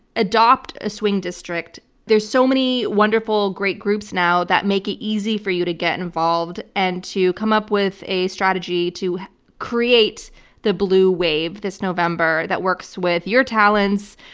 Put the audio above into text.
adopt a swing district. there's so many wonderful great groups now that make it easy for you to get involved and to come up with a strategy to create the blue wave this november that works with your talents,